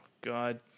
god